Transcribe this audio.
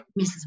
Mrs